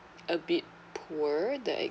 a bit poor that ex~